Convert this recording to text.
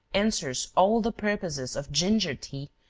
answers all the purposes of ginger tea,